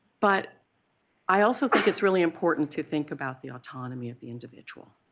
but i also think it is really important to think about the autonomy of the individual.